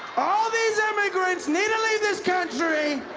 all these immigrants needs to leave this country!